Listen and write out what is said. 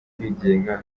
kwigenga